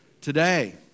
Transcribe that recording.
Today